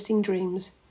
dreams